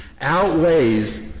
outweighs